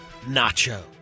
nacho